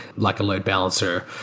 like a load balancer.